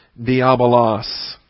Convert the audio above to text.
Diabolos